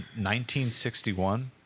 1961